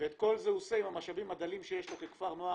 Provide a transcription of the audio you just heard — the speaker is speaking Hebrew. את כל זה הוא עושה עם המשאבים הדלים שיש לו ככפר נוער.